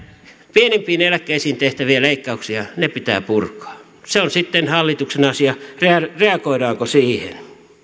pienimpiin eläkkeisiin tehtäviä leikkauksia pitää purkaa se on sitten hallituksen asia reagoidaanko siihen